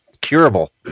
curable